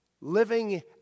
living